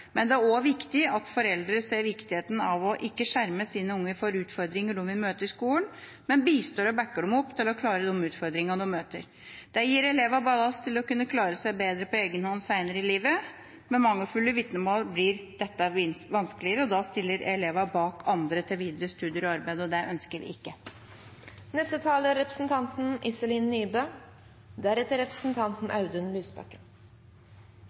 men det er også viktig at foreldrene ser viktigheten av ikke å skjerme sine unger for utfordringer de vil møte i skolen, men bistår og backer dem opp til å klare de utfordringene de møter. Det gir elevene ballast til å kunne klare seg bedre på egen hånd senere i livet. Med mangelfulle vitnemål blir det vanskeligere, og da stiller elevene bak andre til videre studier og arbeid, og det ønsker vi ikke. Jeg får vel begynne med Venstres slagord, så det også er